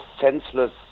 senseless